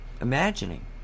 imagining